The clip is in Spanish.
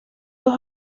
dos